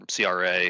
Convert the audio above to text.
CRA